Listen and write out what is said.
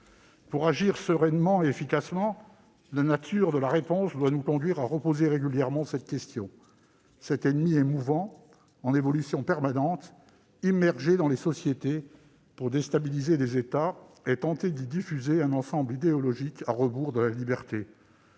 Pour agir sereinement et efficacement, la nature de la réponse doit nous conduire à reposer régulièrement cette question. Cet ennemi est effectivement mouvant, en évolution permanente, immergé dans les sociétés pour déstabiliser les États et tenter d'y diffuser un ensemble idéologique à rebours de la liberté,